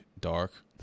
dark